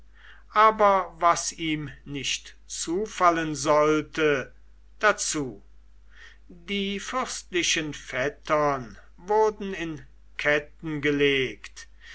aber was ihm nicht zufallen sollte dazu die fürstlichen vettern wurden in ketten gelegt